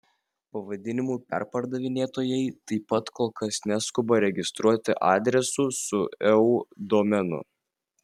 pavadinimų perpardavinėtojai taip pat kol kas neskuba registruoti adresų su eu domenu